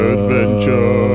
Adventure